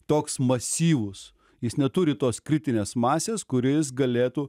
toks masyvus jis neturi tos kritinės masės kur jis galėtų